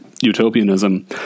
utopianism